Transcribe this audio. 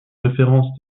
référence